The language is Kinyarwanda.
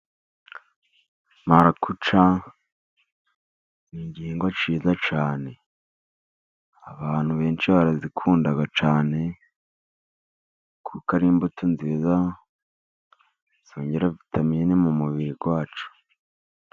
Marakuca ni igihingwa cyiza cyane. Abantu benshi barazikunda cyane kuko ari imbuto nziza zongera vitamine mu mubiri wacu.